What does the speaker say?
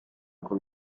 con